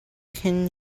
can